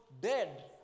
dead